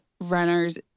runner's